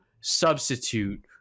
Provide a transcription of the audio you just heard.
substitute